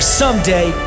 someday